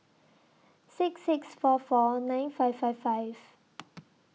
six six four four nine five five five